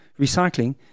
recycling